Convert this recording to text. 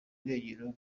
irengero